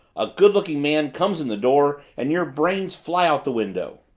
a good-looking man comes in the door and your brains fly out the window!